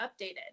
updated